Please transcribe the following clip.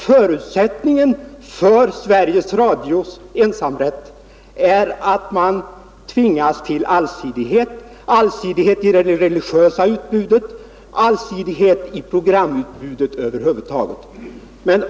Förutsättningen för Sveriges Radios ensamrätt är att företaget iakttar allsidighet i det religiösa programutbudet och i programutbudet över huvud taget.